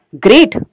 great